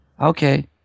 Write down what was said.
Okay